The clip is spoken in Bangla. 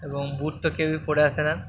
এবং বুট তো কেউই পরে আসে না